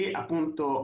appunto